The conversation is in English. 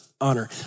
honor